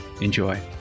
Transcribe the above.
Enjoy